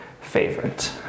favorite